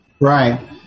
Right